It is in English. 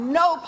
no